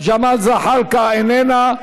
ג'מאל זחאלקה, איננו,